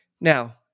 Now